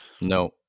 no